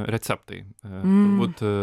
receptai turbūt